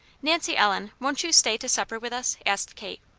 nancy ellen, won't you stay to supper with us? asked kate.